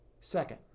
Second